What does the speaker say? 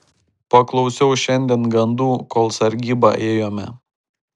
paklausiau šiandien gandų kol sargybą ėjome